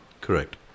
Correct